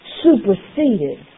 superseded